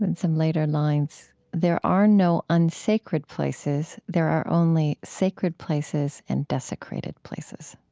and some later lines there are no unsacred places. there are only sacred places and desecrated places.